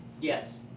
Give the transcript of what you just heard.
Yes